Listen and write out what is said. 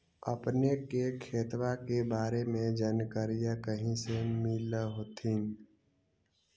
अपने के खेतबा के बारे मे जनकरीया कही से मिल होथिं न?